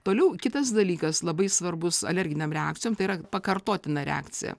toliau kitas dalykas labai svarbus alerginėm reakcijom tai yra pakartotina reakcija